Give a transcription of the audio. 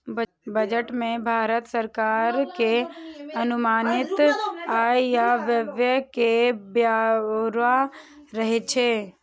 budget मे भारत सरकार के अनुमानित आय आ व्यय के ब्यौरा रहै छै